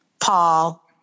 Paul